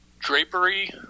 drapery